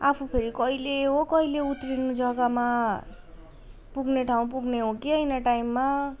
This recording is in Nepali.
आफू फेरि कहिले हो कहिले उत्रिनु जग्गामा पुग्ने ठाउँ पुग्ने हो कि होइन टाइममा